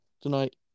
tonight